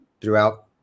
throughout